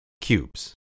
cubes